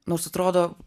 nors atrodo